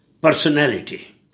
personality